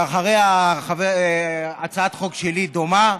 ואחריה הצעת חוק שלי, דומה,